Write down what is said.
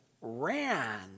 ran